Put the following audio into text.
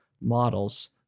models